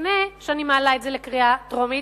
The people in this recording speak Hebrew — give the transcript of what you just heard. לפני שאני מעלה את זה לקריאה טרומית,